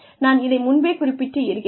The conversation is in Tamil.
நான் இதை முன்பே குறிப்பிட்டு இருக்கிறேன்